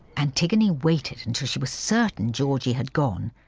antigone waited until she was certain georgie had gone,